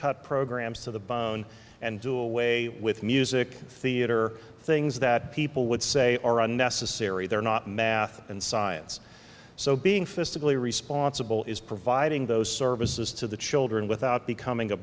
cut programs to the bone and do away with music theatre things that people would say are unnecessary they're not math and science so being fiscally responsible is providing those services to the children without becoming a